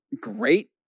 great